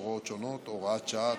הוראות שונות) (הוראת שעה),